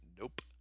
Nope